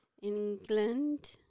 England